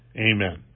Amen